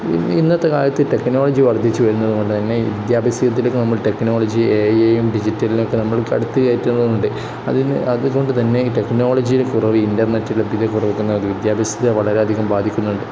ഇന്നത്തെ കാലത്ത് ടെക്നോളജി വർദ്ധിച്ചുവരുന്നത് കൊണ്ട് തന്നെ വിദ്യാഭ്യാസത്തിലേക്ക് നമ്മൾ ടെക്നോളജിയും എ ഐയും ഡിജിറ്റലുമൊക്കെ നമ്മൾ കടുത്തിക്കയറ്റുന്നുണ്ട് അതുകൊണ്ട് തന്നെ ഈ ടെക്നോളജിയുടെ കുറവ് ഇൻറർനെറ്റ് ലഭ്യതക്കുറവ് അത് വിദ്യാഭ്യാസത്തെ വളരെയധികം ബാധിക്കുന്നുണ്ട്